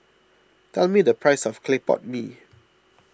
tell me the price of Clay Pot Mee